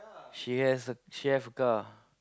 she has the she have a car